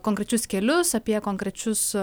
konkrečius kelius apie konkrečius